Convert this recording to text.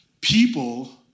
people